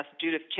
Judith